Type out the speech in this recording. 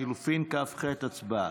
לחלופין כ"ח, הצבעה.